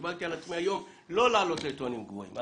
קיבלתי על עצמי היום לא לעלות לטונים גבוהים.